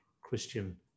Christian